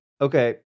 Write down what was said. okay